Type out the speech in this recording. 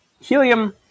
helium